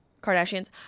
Kardashians